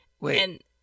Wait